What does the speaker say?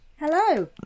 Hello